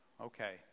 Okay